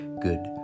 Good